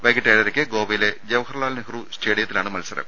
വൈകീട്ട് ഏഴരക്ക് ഗോവയിലെ ജവഹർലാൽ നെഹ്റു സ് റ്റേഡിയത്തിലാണ് മത്സരം